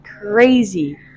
crazy